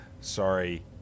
Sorry